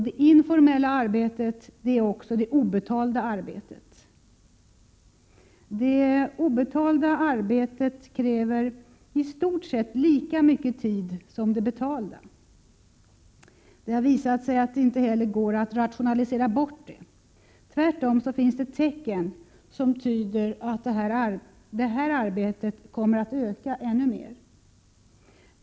Det informella arbetet är också det obetalda arbetet. Det obetalda arbetet kräver i stort sett lika mycket tid som det betalda. Det har visat sig att det heller inte går att rationalisera bort det. Tvärtom finns det tecken som tyder på att detta arbete kommer att öka än mer.